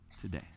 today